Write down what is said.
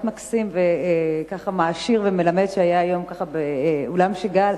מקסים ומעשיר ומלמד שהיה היום באולם שאגאל,